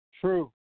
True